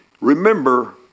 remember